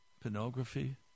pornography